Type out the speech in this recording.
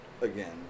Again